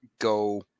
go